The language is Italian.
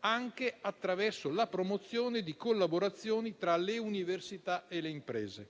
anche attraverso la promozione di collaborazioni tra le università e le imprese.